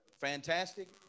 Fantastic